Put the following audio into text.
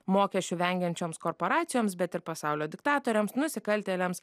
mokesčių vengiančioms korporacijoms bet ir pasaulio diktatoriams nusikaltėliams